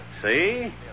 See